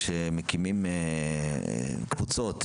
כשמקימים קבוצות,